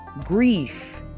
grief